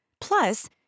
Plus